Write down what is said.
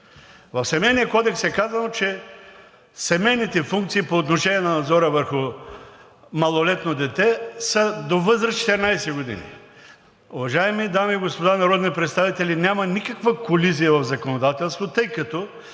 В Семейния кодекс е казано, че семейните функции по отношение на надзора върху малолетно дете са до възраст 14 години. Уважаеми дами и господа народни представители, няма никаква колизия в законодателството, тъй като